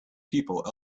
people